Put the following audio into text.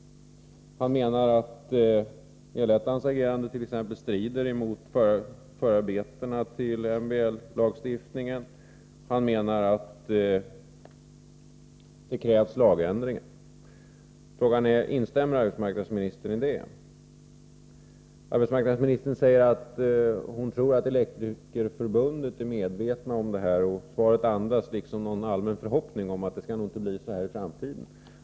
Han menar att El-ettans agerande strider mot förarbetena till medbestämmandelagstiftningen. Han menar att det krävs lagändringar. Frågan är: Instämmer arbetsmarknadsministern i det? Arbetsmarknadsministern säger att hon tror att Elektrikerförbundet är medvetet om detta, och svaret andas en allmän förhoppning om att det inte skall bli så här i framtiden.